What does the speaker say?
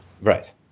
Right